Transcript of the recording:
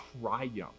triumph